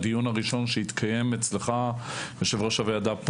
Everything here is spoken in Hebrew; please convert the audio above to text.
יושב-ראש הוועדה,